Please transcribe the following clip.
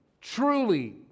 truly